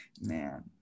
man